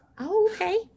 okay